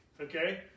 Okay